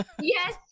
Yes